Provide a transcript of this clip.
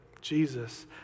Jesus